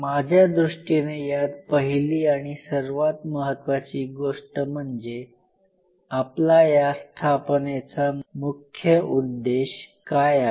माझ्या दृष्टीने यात पहिली आणि सर्वात महत्वाची गोष्ट म्हणजे आपला या स्थापनेचा मुख्य उद्देश काय आहे